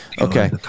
Okay